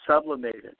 sublimated